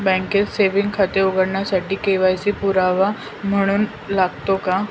बँकेत सेविंग खाते उघडण्यासाठी के.वाय.सी पुरावा म्हणून लागते का?